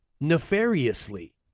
nefariously